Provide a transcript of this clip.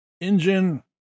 Engine